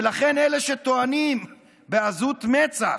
ולכן, אלה שטוענים בעזות מצח,